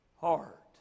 heart